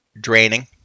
draining